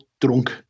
drunk